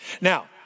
Now